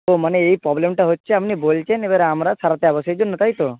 ও মানে এই প্রবলেমটা হচ্ছে আপনি বলছেন এবার আমরা সারাতে যাব সেই জন্য তাই তো